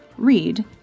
read